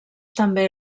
també